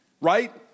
Right